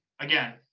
again